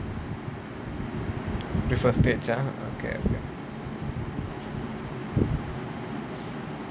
so stage ah okay okay